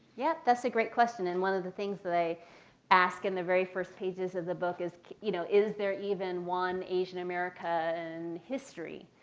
yeah that's a great question. and one of the things that i ask in the very first pages of the book is you know is there even one asian america in history?